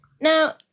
now